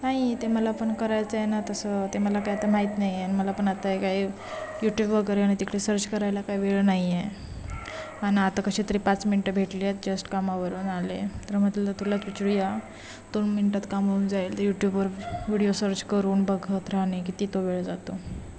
नाही ते मला पण करायचं आहे ना तसं ते मला काय तर माहीत नाही आहे आणि मला पण आता काय युट्यूब वगैरे आणि तिकडे सर्च करायला काय वेळ नाही आहे आणि आता कसे तरी पाच मिनटं भेटली आहेत जस्ट कामावरून आले तर म्हटलं तर तुलाच विचारूया दोन मिनटात काम होऊन जाईल तर यूट्यूबवर व्हिडिओ सर्च करून बघत राहणे किती तो वेळ जातो